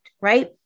Right